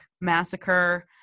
massacre